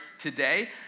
today